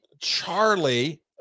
charlie